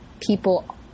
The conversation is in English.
people